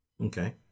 Okay